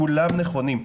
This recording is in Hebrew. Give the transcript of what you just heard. כולם נכונים,